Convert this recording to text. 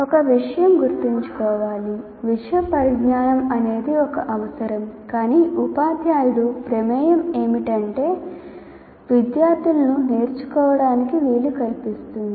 ఒక విషయం గుర్తుంచుకోవాలి విషయ పరిజ్ఞానం అనేది ఒక అవసరం కానీ ఉపాధ్యాయుడు ప్రమేయం ఏమిటంటే విద్యార్థులను నేర్చుకోవటానికి వీలు కల్పిస్తుంది